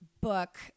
book